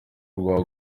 rwa